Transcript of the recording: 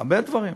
הרבה דברים.